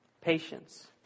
patience